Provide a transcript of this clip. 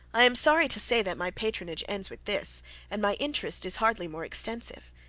i am sorry to say that my patronage ends with this and my interest is hardly more extensive.